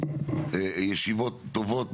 ישיבות טובות,